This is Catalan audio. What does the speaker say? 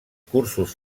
cursos